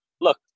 look